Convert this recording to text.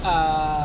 err